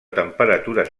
temperatures